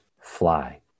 fly